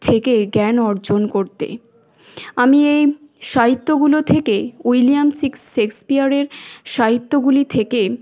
থেকে জ্ঞান অর্জন করতে আমি এই সাহিত্যগুলো থেকে উইলিয়াম শেক্সপিয়রের সাহিত্যগুলি থেকে